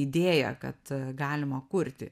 idėja kad galima kurti